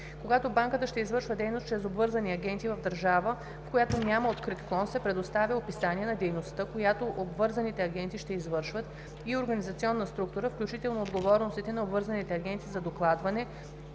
когато банката ще извършва дейност чрез обвързани агенти в държава, в която няма открит клон, се представя описание на дейността, която обвързаните агенти ще извършват, и организационна структура, включително отговорностите на обвързаните агенти за докладване